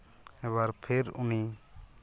ᱟᱵᱟᱨ ᱯᱷᱤᱨ ᱩᱱᱤ